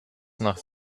nach